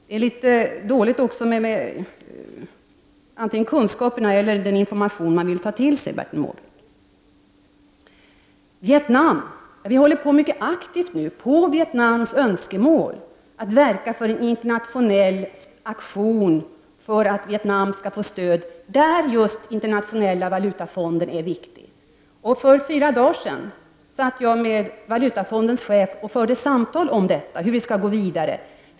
Det är dåligt antingen med kunskaperna eller med den information man vill ta till sig, Bertil Måbrink. På Vietnams önskemål verkar vi mycket aktivt för en internationell aktion för att Vietnam skall få stöd där just internationella Valutafonden är viktig. För fyra dagar sedan satt jag med Valutafondens chef och förde samtal om hur vi skall gå vidare.